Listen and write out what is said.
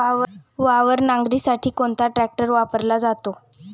वावर नांगरणीसाठी कोणता ट्रॅक्टर वापरला जातो?